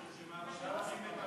אפשר את רשימת הדוברים?